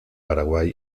paraguay